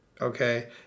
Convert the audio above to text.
Okay